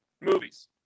movies